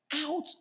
Out